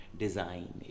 design